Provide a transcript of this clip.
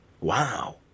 Wow